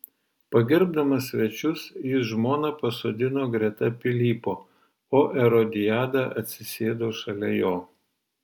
pagerbdamas svečius jis žmoną pasodino greta pilypo o erodiadą atsisėdo šalia jo